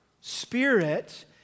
Spirit